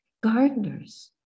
gardeners